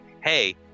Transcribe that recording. hey